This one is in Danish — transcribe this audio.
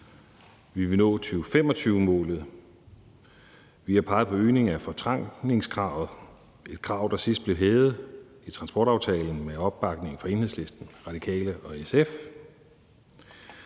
Vi vil nå 2025-målet. Vi har peget på øgning af fortrængningskravet, et krav, der sidst blev hævet i transportaftalen med opbakning fra Enhedslisten, Radikale og SF.